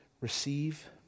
receive